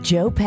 Joe